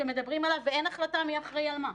שמדברים עליו, ואין החלטה מי אחראי על מה.